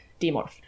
demorph